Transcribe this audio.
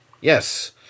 Yes